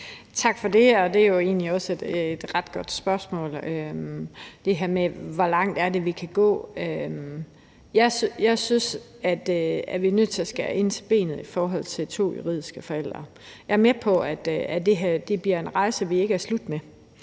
Tak for det. Det er jo egentlig også et ret godt spørgsmål, altså det her med, hvor langt det er, vi kan gå. Jeg synes, at vi er nødt til at skære ind til benet i forhold til to juridiske forældre. Jeg er med på, at det her bliver en rejse – noget, vi ikke er færdige med.